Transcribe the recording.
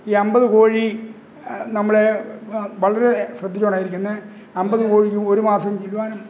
ഈ അമ്പത് കോഴി നമ്മളെ വളരെ ശ്രദ്ധിച്ചു കൊണ്ടാണ് ഇരിക്കുന്നത് അമ്പത് കോഴിക്ക് ഒരു മാസം ചില്വാനം